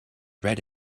red